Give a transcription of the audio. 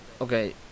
okay